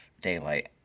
daylight